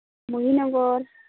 ᱢᱩᱦᱤᱱᱚᱜᱚᱨ